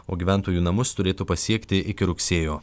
o gyventojų namus turėtų pasiekti iki rugsėjo